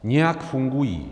Nějak fungují.